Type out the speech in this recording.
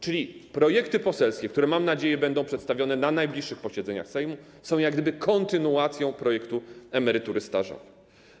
Czyli projekty poselskie, które mam nadzieję będą przedstawione na najbliższych posiedzeniach Sejmu, są jak gdyby kontynuacją projektu „emerytury stażowe”